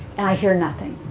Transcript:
and i hear nothing.